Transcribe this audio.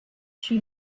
she